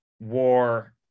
war